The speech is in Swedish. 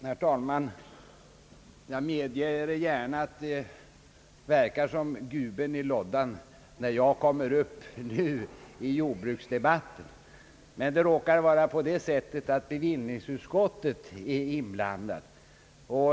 Herr talman! Jag medger gärna att det verkar som om »guben i låddan» dyker upp när jag begär ordet i jordbruksdebatten! Men det råkar vara på det sättet att bevillningsutskottet är inblandat.